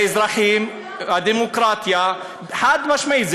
לאזרחים הדמוקרטיה חד-משמעית.